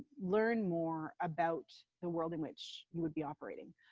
learn more about the world in which you would be operating.